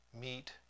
meet